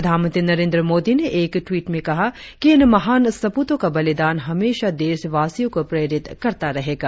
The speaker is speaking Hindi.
प्रधानमंत्री नरेंद्र मोदी ने एक टवीट में कहा कि इन महान सप्रतों का बलिदान हमेशा देशवासियों को प्रेरित करता रहेगा